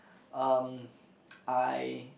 um I